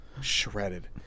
Shredded